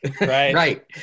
right